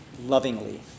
lovingly